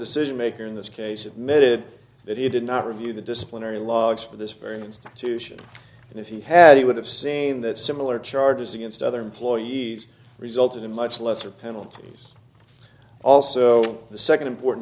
decision maker in this case admitted that he did not review the disciplinary logs for this very institution and if he had he would have seen that similar charges against other employees resulted in much lesser penalties also the second important